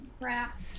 crap